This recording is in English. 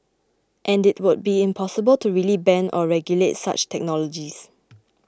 and it would be impossible to really ban or regulate such technologies